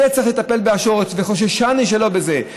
בזה צריך לטפל מהשורש, וחוששני שלא בזה.